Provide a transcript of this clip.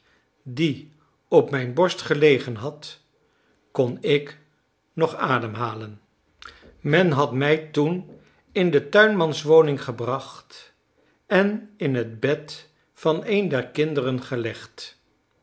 die op mijn borst gelegen had kon ik nog ademhalen men had mij toen in de tuinmanswoning gebracht en in het bed van een der kinderen gelegd